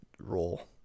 role